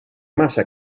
massa